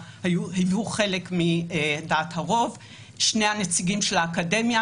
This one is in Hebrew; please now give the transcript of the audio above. היו חלק מדעת הרוב וגם שני הנציגים של האקדמיה,